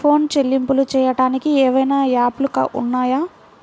Phone చెల్లింపులు చెయ్యటానికి ఏవైనా యాప్లు ఉన్నాయా?